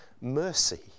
mercy